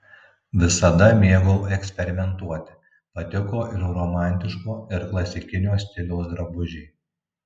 visada mėgau eksperimentuoti patiko ir romantiško ir klasikinio stiliaus drabužiai